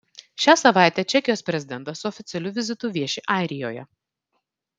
šią savaitę čekijos prezidentas su oficialiu vizitu vieši airijoje